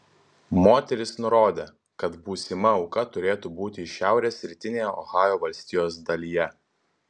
moteris nurodė kad būsima auka turėtų būti iš šiaurės rytinėje ohajo valstijos dalyje